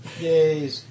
Yay